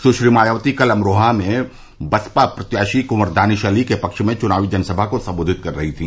सुश्री मायावती कल अमरोहा में बसपा प्रत्याशी कुंवर दानिश अली के पक्ष में चुनावी जनसभा को संबोधित कर रही थी